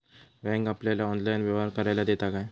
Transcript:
Bank आपल्याला online व्यवहार करायला देता काय?